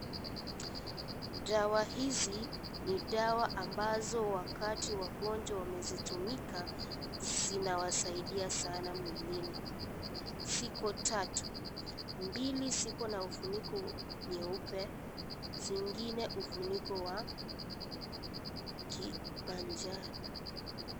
Dawa hizi ni dawa ambazo wakati wagonjwa wamezitumika, zinawasaidia sana mwilini. Ziko tatu, mbili ziko na ufuniko nyeupe, zingine ifuniko wa kimanjano.